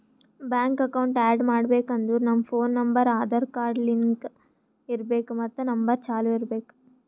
bank account add ಮಾಡ್ಬೇಕ್ ಅಂದುರ್ ನಮ್ ಫೋನ್ ನಂಬರ್ ಆಧಾರ್ ಕಾರ್ಡ್ಗ್ ಲಿಂಕ್ ಇರ್ಬೇಕ್ ಮತ್ ನಂಬರ್ ಚಾಲೂ ಇರ್ಬೇಕ್